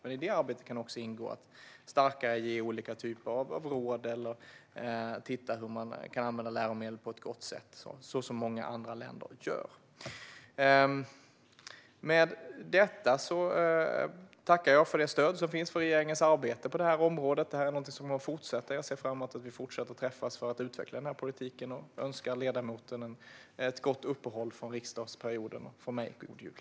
I det arbetet kan också ingå att ge olika typer av råd eller se hur läromedel kan användas på ett gott sätt så som man gör i många andra länder. Med detta tackar jag för det stöd som finns för regeringens arbete på det här området. Arbetet kommer att fortsätta, och jag ser fram emot att vi fortsätter att träffas för att utveckla den här politiken. Jag önskar ledamoten ett gott uppehåll i riksdagsarbetet och en god jul.